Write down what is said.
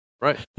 Right